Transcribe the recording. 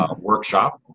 workshop